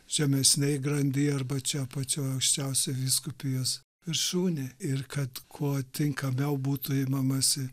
žemesnėj grandyje arba čia pačioj aukščiausioj vyskupijos viršūnėj ir kad kuo tinkamiau būtų imamasi